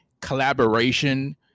collaboration